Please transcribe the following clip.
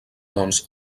doncs